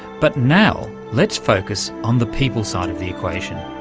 but now, let's focus on the people side of the equation.